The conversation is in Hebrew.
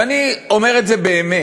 ואני אומר את זה באמת,